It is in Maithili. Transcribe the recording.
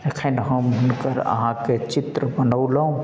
एखन हम हुनकर अहाँके चित्र बनौलहुँ